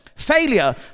failure